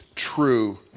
true